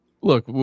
look